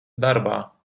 darbā